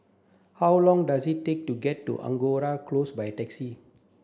how long does it take to get to Angora Close by taxi